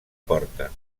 porta